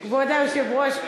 סליחה, היושב-ראש.